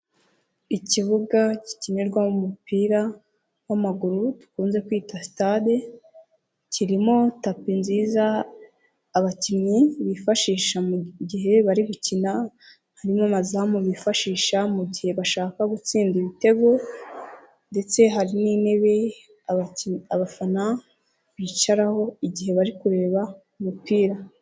Ikibuga gikinirwamo umupira w'amaguru dukunze kwita sitade, kirimo tapi nziza abakinnyi bifashisha mu gihe bari gukina, harimo amazamu bifashisha mu gihe bashaka gutsinda ibitego ndetse hari n'intebe abafana bicaraho igihe bari kureba umupira.